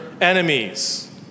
enemies